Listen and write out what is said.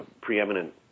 preeminent